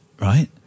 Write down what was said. right